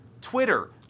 Twitter